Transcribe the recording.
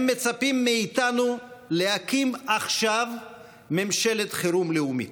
הם מצפים מאיתנו להקים עכשיו ממשלת חירום לאומית,